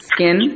Skin